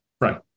Right